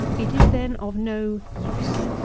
it is, then, of no use.